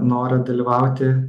norą dalyvauti